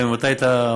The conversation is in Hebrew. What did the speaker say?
גם אם אתה היית עומד,